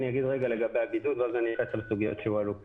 אדבר על הבידוד ואז אענה על סוגיות שהועלו פה.